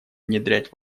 внедрять